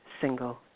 single